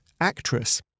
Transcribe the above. actress